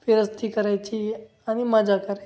फिरस्ती करायची आणि मजा करायची